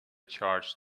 charge